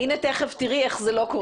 תכף תראי איך זה לא קורה.